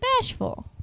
bashful